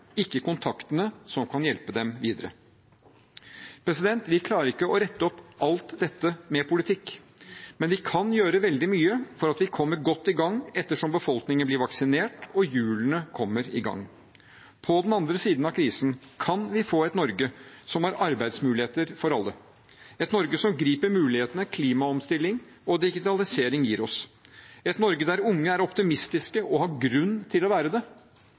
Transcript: ikke kontaktene som kan hjelpe dem videre. Vi klarer ikke å rette opp alt dette med politikk, men vi kan gjøre veldig mye for at vi kommer godt i gang etter som befolkningen blir vaksinert og hjulene kommer i gang. På den andre siden av krisen kan vi få et Norge som har arbeidsmuligheter for alle, et Norge som griper mulighetene klimaomstilling og digitalisering gir oss, et Norge der unge er optimistiske og har grunn til å være det. Det forutsetter at vi velger riktig og rettferdig nå. Det